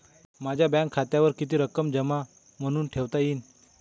माझ्या बँक खात्यावर किती रक्कम जमा म्हणून ठेवता येईल?